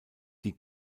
die